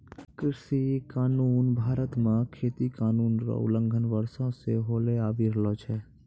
कृषि कानून भारत मे खेती कानून रो उलंघन वर्षो से होलो आबि रहलो छै